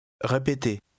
Répétez